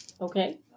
Okay